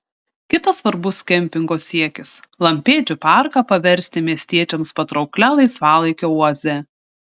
kitas svarbus kempingo siekis lampėdžių parką paversti miestiečiams patrauklia laisvalaikio oaze